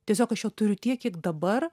tiesiog aš jo turiu tiek kiek dabar